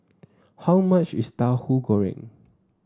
how much is Tauhu Goreng